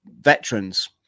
veterans